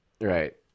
Right